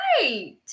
Right